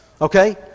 okay